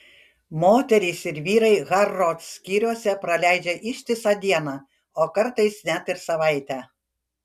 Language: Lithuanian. moterys ir vyrai harrods skyriuose praleidžia ištisą dieną o kartais net ir savaitę